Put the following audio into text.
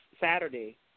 Saturday